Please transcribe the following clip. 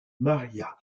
maria